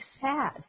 sad